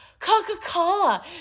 Coca-Cola